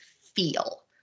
feel